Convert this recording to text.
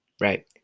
Right